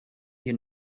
you